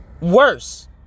worse